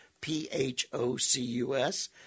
P-H-O-C-U-S